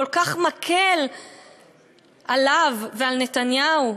כל כך מקל עליו ועל נתניהו,